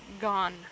gone